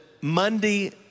Monday